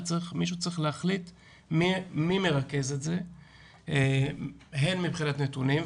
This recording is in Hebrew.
ומישהו צריך להחליט מי מרכז את זה הן מבחינת נתונים,